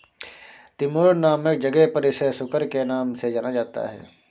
Timor नामक जगह पर इसे सुकर के नाम से जाना जाता है